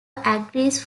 agrees